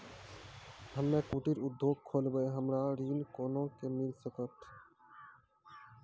हम्मे कुटीर उद्योग खोलबै हमरा ऋण कोना के मिल सकत?